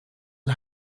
een